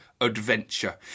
adventure